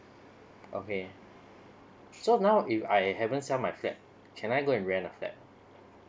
okay so now if I haven't sell my flat can I go and rent a flat